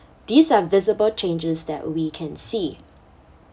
these are visible changes that we can see